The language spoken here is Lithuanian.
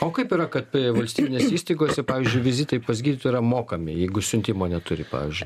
o kaip yra kad valstybinėse įstaigose pavyzdžiui vizitai pas gydytoją yra mokami jeigu siuntimo neturi pavyzdžiui